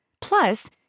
Plus